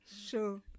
Sure